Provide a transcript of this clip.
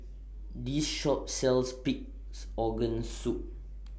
This Shop sells Pig'S Organ Soup